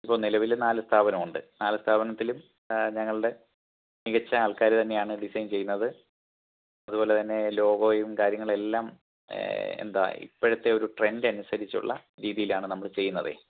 ഇപ്പോൾ നിലവിൽ നാല് സ്ഥാപനം ഉണ്ട് നാല് സ്ഥാപനത്തിലും ഞങ്ങളുടെ മികച്ച ആൾക്കാർ തന്നെയാണ് ഡിസൈൻ ചെയ്യുന്നത് അതുപോലെത്തന്നെ ലോഗോയും കാര്യങ്ങൾ എല്ലാം എന്താ ഇപ്പോഴത്തെ ഒരു ട്രെൻഡ് അനുസരിച്ചുള്ള രീതിയിലാണ് നമ്മൾ ചെയ്യുന്നതേ